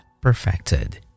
perfected